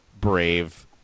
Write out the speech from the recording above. brave